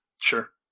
Sure